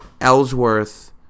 Ellsworth